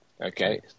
Okay